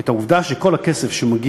את המצב הזה כי העובדה היא שכל הכסף שמגיע